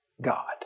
God